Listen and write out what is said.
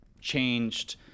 changed